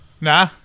Nah